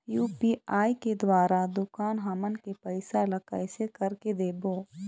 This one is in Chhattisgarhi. यू.पी.आई के द्वारा दुकान हमन के पैसा ला कैसे कर के देबो?